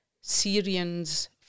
Syrians